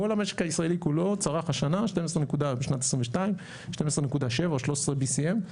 כל המשק הישראלי כולו צרך בשנת 2022 12.7 או BCM13,